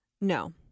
No